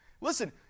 Listen